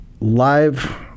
live